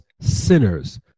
sinners